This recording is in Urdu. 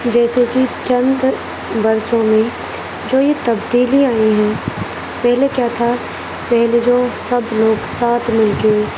جیسے کہ چند برسوں میں جو یہ تبدیلی آئی ہیں پہلے کیا تھا پہلے جو سب لوگ ساتھ مل کے